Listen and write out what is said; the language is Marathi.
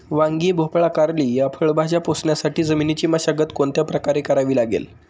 वांगी, भोपळा, कारली या फळभाज्या पोसण्यासाठी जमिनीची मशागत कोणत्या प्रकारे करावी लागेल?